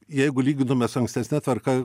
jeigu lygintume su ankstesne tvarka